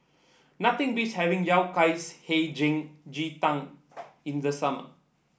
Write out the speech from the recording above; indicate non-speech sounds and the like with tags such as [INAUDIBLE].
nothing beats having Yao Cai [UNINTELLIGIBLE] Hei Jim Ji Tang in the summer